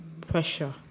pressure